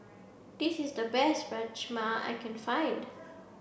this is the best Rajma I can find